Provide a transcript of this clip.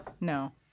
No